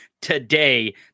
today